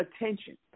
attention